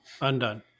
Undone